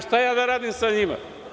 Šta da radim sa njima?